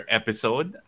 episode